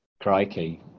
Crikey